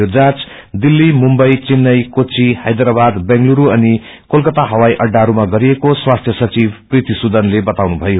यो जाँच दिल्ती मुम्बई चेन्नई काच्चि हैदाराबाद बेंगलुरू अनि कोलकाता ह्वाई अहाहरूमा गरिएको स्वास्थ्य सचिव प्रीति सुदनले बताउनुथयो